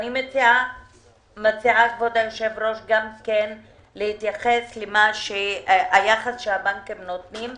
אני מציעה גם כן להתייחס ליחס שהבנקים נותנים.